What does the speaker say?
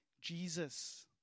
Jesus